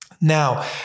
Now